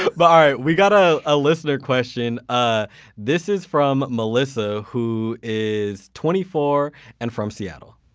but but alright, we got a ah listener question. ah this is from melissa, who is twenty four and from seattle.